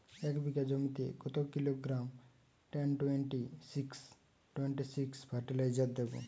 এক বিঘা জমিতে কত kilogram ten twenty six twenty six fertiliser দেবো?